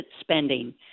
spending